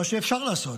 מה שאפשר לעשות.